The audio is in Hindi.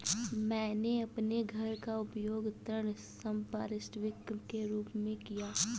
मैंने अपने घर का उपयोग ऋण संपार्श्विक के रूप में किया है